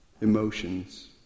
Emotions